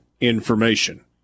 information